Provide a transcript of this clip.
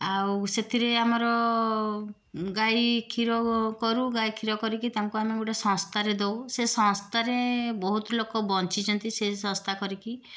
ଆଉ ସେଥିରେ ଆମର ଗାଈ କ୍ଷୀର କରୁ ଗାଈକ୍ଷୀର କରିକି ତାଙ୍କୁ ଆମେ ଗୋଟେ ସଂସ୍ଥାରେ ଦେଉ ସେ ସଂସ୍ଥାରେ ବହୁତ ଲୋକ ବଞ୍ଚିଛନ୍ତି ସେ ସଂସ୍ଥା କରିକି